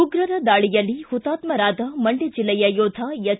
ಉದ್ರರ ದಾಳಿಯಲ್ಲಿ ಹುತಾತ್ಮರಾದ ಮಂಡ್ಕ ಜಿಲ್ಲೆಯ ಯೋಧ ಎಚ್